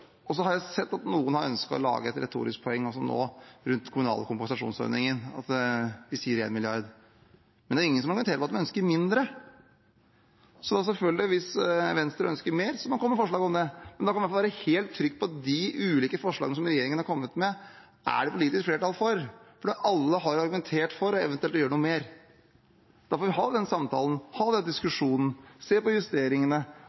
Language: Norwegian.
Så har jeg sett at noen har ønsket å lage et retorisk poeng rundt den kommunale kompensasjonsordningen, at vi sier 1 mrd. kr. Men det er ingen som argumenterer for at de ønsker mindre. Så selvfølgelig, hvis Venstre ønsker mer, må man komme med forslag om det. Men da kan man iallfall være helt trygg på at de ulike forslagene som regjeringen har kommet med, er det politisk flertall for, for alle har jo argumentert for eventuelt å gjøre noe mer. Da får vi ha den samtalen, ha